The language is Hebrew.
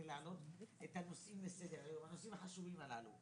להעלות את הנושאים החשובים הללו לסדר היום.